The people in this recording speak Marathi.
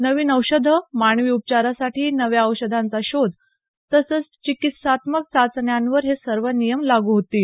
नवीन औषधं मानवी उपचारासाठी नव्या औषधांचा शोध तसंच चिकित्सात्मक चाचण्यांवर हे सर्व नियम लागू होतील